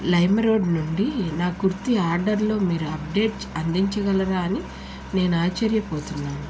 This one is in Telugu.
లైమెరోడ్ నుండి నా కుర్తీ ఆర్డర్లో మీరు అప్డేట్ అందించగలరా అని నేను ఆశ్చర్యపోతున్నాను